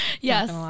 Yes